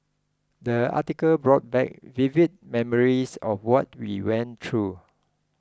the article brought back vivid memories of what we went through